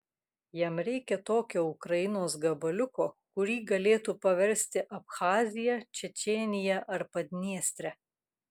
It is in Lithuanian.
jam reikia tokio ukrainos gabaliuko kurį galėtų paversti abchazija čečėnija ar padniestre